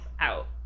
out